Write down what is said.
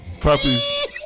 puppies